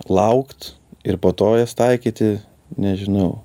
laukt ir po to jas taikyti nežinau